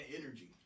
energy